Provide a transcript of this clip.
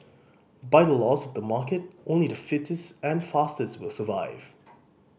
by the laws of the market only the fittest and fastest will survive